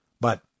But